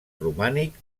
romànic